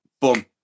boom